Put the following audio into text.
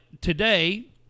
today